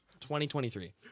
2023